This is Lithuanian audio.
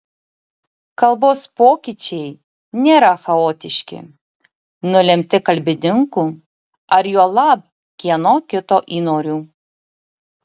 kalbos pokyčiai nėra chaotiški nulemti kalbininkų ar juolab kieno kito įnorių